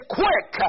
quick